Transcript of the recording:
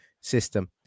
system